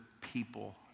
people